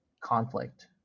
conflict